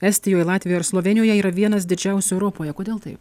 estijoj latvijoj ar slovėnijoje yra vienas didžiausių europoje kodėl taip